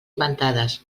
inventades